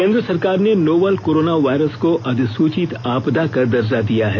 केन्द्र सरकार ने नोवल कोरोना वायरस को अधिसूचित आपदा का दर्जा दिया है